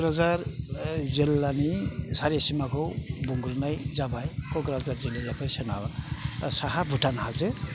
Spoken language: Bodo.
क'क्राझार जिल्लानि सारि सिमाखौ बुंग्रोनाय जाबाय क'क्राझार जिल्लानि सोनाब साहा भुटान हाजो